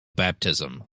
baptism